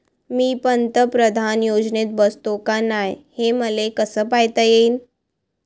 मी पंतप्रधान योजनेत बसतो का नाय, हे मले कस पायता येईन?